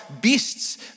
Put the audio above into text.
beasts